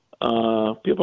People